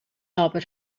aber